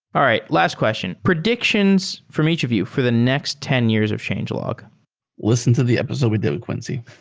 all right, last question. predictions from each of you for the next ten years of changelog listen to the episode we did with quincy.